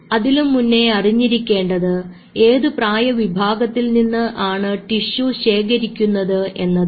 അതിലും മുന്നേ അറിഞ്ഞിരിക്കേണ്ടത് ഏത് പ്രായവിഭാഗത്തിൽ നിന്ന് ആണ് ടിഷ്യു ശേഖരിക്കുന്നത് എന്നതാണ്